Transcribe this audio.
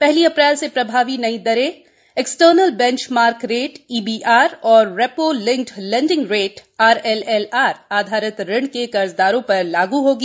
पहली अप्रैल से प्रभावी नयी दरें external benchmark rate EBR और repo linked lending rate RLLR आधारित ऋण के कर्जदारों पर लागू होंगी